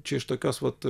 čia iš tokios pat